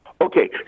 Okay